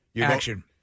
action